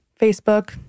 Facebook